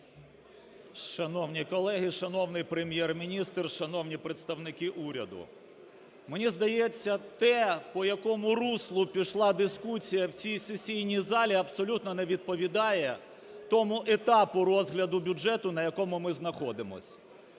Шановні колеги, шановний Прем'єр-міністр, шановні представники уряду, мені здається, те, по якому руслу пішла дискусія в цій сесійній залі, абсолютно не відповідає тому етапу розгляду бюджету, на якому ми знаходимося.